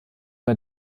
bei